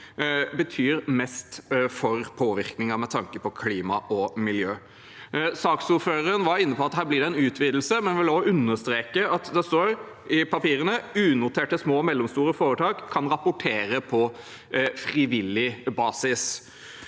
tanke på påvirkning av klima og miljø. Saksordføreren var inne på at det blir en utvidelse, men jeg vil også understreke at det står i papirene: «Unoterte små og mellomstore foretak kan rapportere på frivillig basis.»